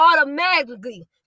automatically